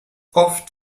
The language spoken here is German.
oft